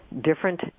Different